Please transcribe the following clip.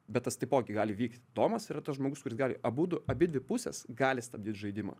bet tas taipogi gali vykt domas yra tas žmogus kuris gali abudu abidvi pusės gali stabdyt žaidimą